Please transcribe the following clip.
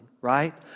right